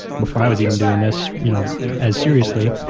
before i was even doing this you know as seriously.